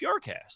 Purecast